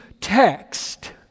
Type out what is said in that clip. text